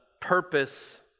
purpose